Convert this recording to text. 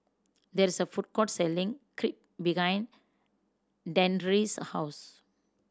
there is a food court selling Crepe behind Dandre's house